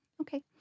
Okay